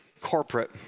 corporate